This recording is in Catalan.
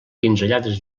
pinzellades